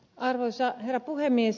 arvoisa herra puhemies